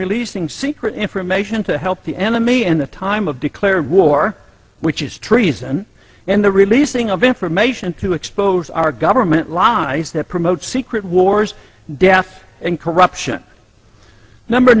releasing secret information to help the enemy in the time of declared war which is treason and the releasing of information to expose our government law is that promotes secret wars death and corruption number